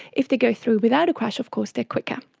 if they go through without a crash of course they are quicker.